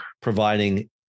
providing